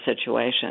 situation